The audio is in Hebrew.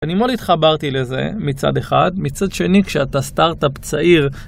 אני מאוד התחברתי לזה מצד אחד, מצד שני כשאתה סטארט-אפ צעיר